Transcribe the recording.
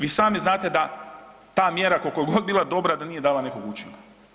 Vi sami znate da ta mjera koliko je god bila dobra da nije dala nekog učinka.